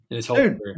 Dude